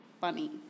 funny